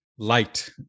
light